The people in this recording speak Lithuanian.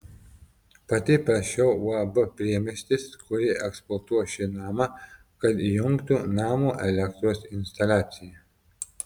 pati prašiau uab priemiestis kuri eksploatuos šį namą kad įjungtų namo elektros instaliaciją